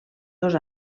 dos